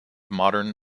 modern